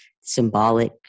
symbolic